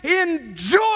enjoy